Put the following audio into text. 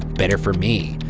better for me.